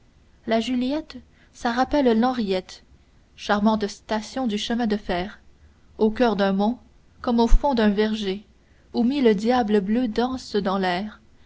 la juliette ça rappelle l'henriette charmante station du chemin de fer au coeur d'un mont comme au fond d'un verger où mille diables bleus dansent dans l'air